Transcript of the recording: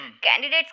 Candidates